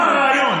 מה הרעיון?